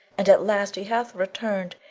and at last he hath returned,